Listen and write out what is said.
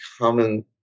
common